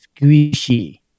squishy